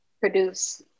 produce